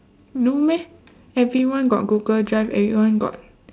no meh everyone got google drive everyone got